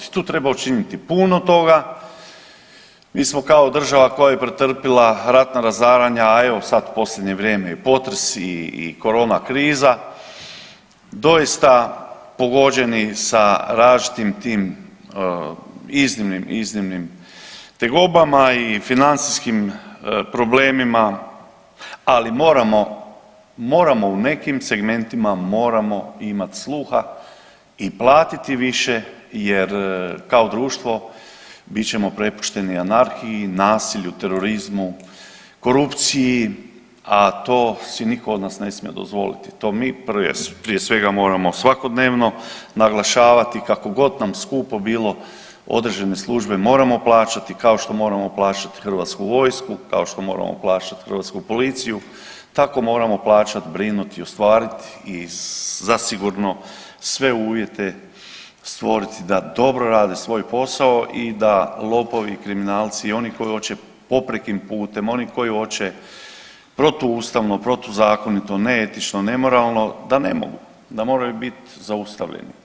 Tu treba učiniti puno toga, mi smo kao država koja je pretrpila ratna razaranja, a evo, sad posljednje vrijeme i potresi i korona kriza, doista, pogođeni sa različitim tim iznimnim, iznimnim tegobama i financijskim problemima, ali moramo, moramo u nekim segmentima, moramo imati sluha i platiti više jer kao društvo bit ćemo prepušteni anarhiji, nasilju, terorizmu, korupciji, a to si nitko od nas ne smije dozvoliti, to mi prije svega moramo svakodnevno naglašavati kako god nam skupo bilo određene službe moramo plaćati, kao što moramo plaćati Hrvatsku vojsku, kao što moramo plaćati hrvatsku policiju, tako moramo plaćati, brinuti i ostvariti i zasigurno sve uvjete stvoriti da dobro rade svoj posao i da lopovi, kriminalci i oni koji hoće poprijekim putem, oni koji hoće protuustavno, protuzakonito, neetično, nemoralno, da ne mogu, da moraju bit zaustavljeni.